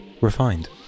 Refined